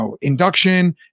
induction